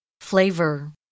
Flavor